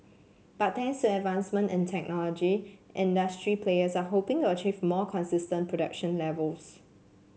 but thanks to advancements in technology industry players are hoping to achieve more consistent production levels